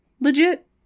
Legit